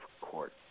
court